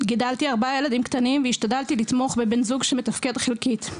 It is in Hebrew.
גידלתי ארבעה ילדים קטנים והשתדלתי לתמוך בבן זוג שמתפקד חלקית.